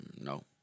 No